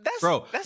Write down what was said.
bro